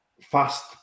Fast